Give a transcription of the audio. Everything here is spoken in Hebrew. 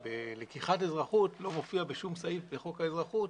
לקיחת אזרחות לא מופיע בשום סעיף בחוק האזרחות,